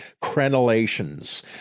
crenellations